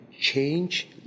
change